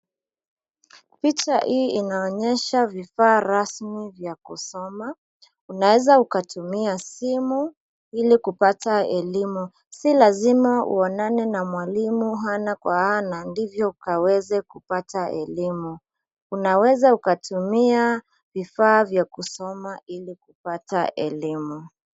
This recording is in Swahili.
Picha hii inaonyesha vifaa rasmi vya kusoma, unaeza ukatumia simu ili kupata elimu, si lazima uonane na mwalimu ana kwa ana ndivyo ukaweze kupata elimu. Unaeza unatumia vifaa vya kusoma ili kupata elimu.